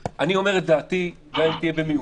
אני אומר את דעתי, גם אם היא תהיה במיעוט.